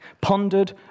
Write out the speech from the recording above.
pondered